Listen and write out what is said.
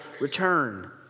return